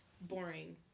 boring